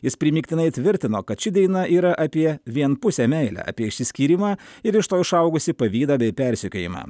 jis primygtinai tvirtino kad ši daina yra apie vienpusę meilę apie išsiskyrimą ir iš to išaugusį pavydą bei persekiojimą